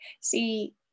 See